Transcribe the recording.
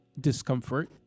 discomfort